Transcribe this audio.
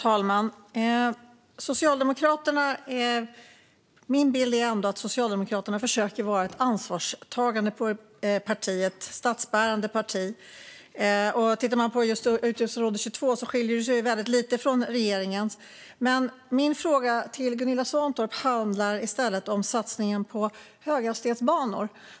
Herr talman! Min bild är ändå att Socialdemokraterna försöker att vara ett ansvarstagande och statsbärande parti. Tittar man på utgiftsområde 22 skiljer det sig väldigt lite från regeringens förslag. Min fråga till Gunilla Svantorp handlar i stället om satsningen på höghastighetsbanor.